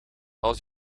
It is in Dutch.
als